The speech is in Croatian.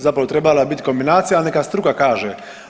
Zapravo bi trebala bit kombinacija, ali neka struka kaže.